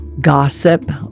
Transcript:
gossip